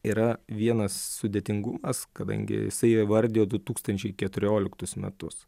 yra vienas sudėtingumas kadangi jisai įvardijo du tūkstančiai keturioliktus metus